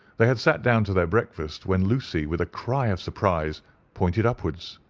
they had sat down to their breakfast when lucy with a cry of surprise pointed upwards.